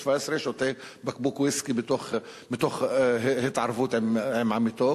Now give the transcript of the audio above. ילד בן 17 שותה בקבוק ויסקי מתוך התערבות עם עמיתו,